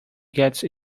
get